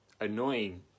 annoying